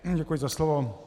Děkuji za slovo.